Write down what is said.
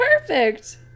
Perfect